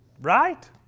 Right